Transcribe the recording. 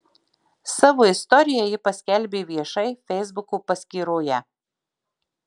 savo istoriją ji paskelbė viešai feisbuko paskyroje